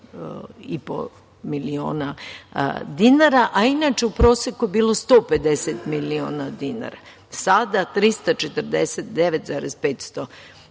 99,5 miliona dinara. Inače, u proseku je bilo 150 miliona dinara, a sada 349,500 miliona dinara.